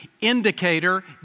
Indicator